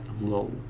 low